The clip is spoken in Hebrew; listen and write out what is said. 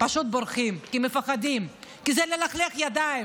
פשוט בורחים, כי מפחדים, כי זה ללכלך ידיים.